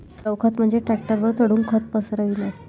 द्रव खत म्हणजे ट्रकवर चढून खत पसरविणे